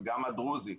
וגם הדרוזית.